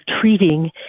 treating